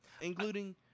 Including